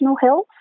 health